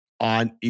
On